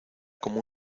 como